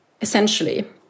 Essentially